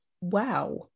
wow